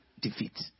defeat